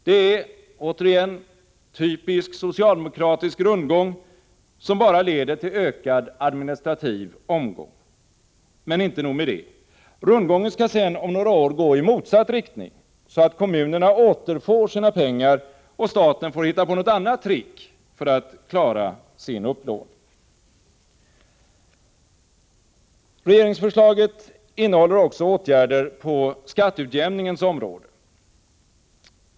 Det är återigen en typisk socialdemokratisk rundgång, som bara leder till ökad administrativ omgång. Men inte nog med det: rundgången skall sedan om några år gå i motsatt riktning, så att kommunerna återfår sina pengar, och staten får hitta på något annat trick för att klara sin upplåning. Regeringsförslaget innehåller också åtgärder på skatteutjämningens område.